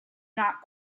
not